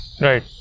right